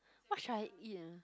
what shall I eat ah